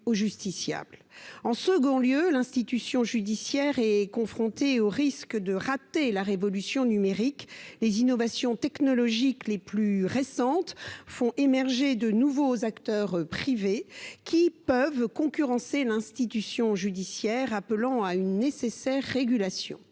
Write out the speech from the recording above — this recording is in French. en second lieu, l'institution judiciaire est au risque de rater la révolution numérique, les innovations technologiques les plus récentes font émerger de nouveaux acteurs privés qui peuvent concurrencer l'institution judiciaire, appelant à une nécessaire régulation,